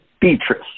Beatrice